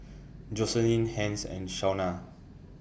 Joselin Hence and Shawnna